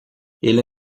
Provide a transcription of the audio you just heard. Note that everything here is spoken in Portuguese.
ele